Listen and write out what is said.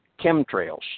chemtrails